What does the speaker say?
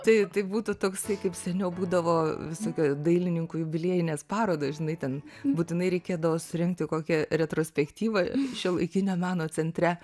tai tai būtų toksai kaip seniau būdavo visokie dailininkų jubiliejinės parodos žinai ten būtinai reikėdavo surinkti kokią retrospektyvą šiuolaikinio meno centre